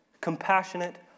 compassionate